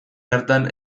hartan